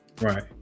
right